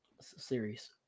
series